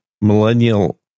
millennial